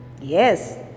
Yes